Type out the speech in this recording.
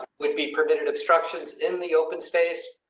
would be prevented obstructions in the open space.